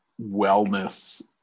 wellness